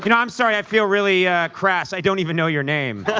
you know i'm sorry, i feel really crass. i don't even know your name.